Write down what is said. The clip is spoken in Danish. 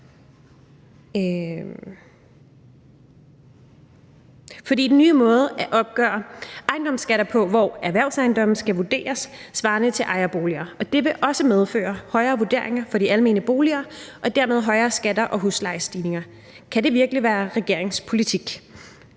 fordi den nye måde at opgøre ejendomsskatter på, hvor erhvervsejendomme skal vurderes svarende til ejerboliger, også vil medføre højere vurderinger for de almene boliger og dermed højere skatter og huslejestigninger. Kan det virkelig være regeringens politik?